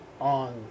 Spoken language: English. on